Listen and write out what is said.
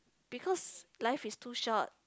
because life is too short